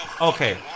Okay